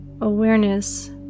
awareness